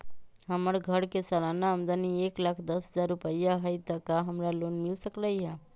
हमर घर के सालाना आमदनी एक लाख दस हजार रुपैया हाई त का हमरा लोन मिल सकलई ह?